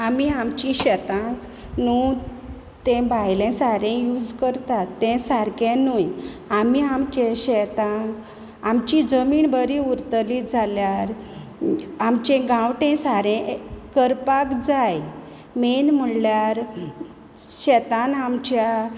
आमी आमची शेतां न्हू ते भायले सारें यूज करतात तें सारकें न्हू आमी आमच्या शेतांत आमची जमीन बरी उरतली जाल्यार आमचें गांवटी सारें करपाक जाय मेन म्हणल्यार शेतान आमच्या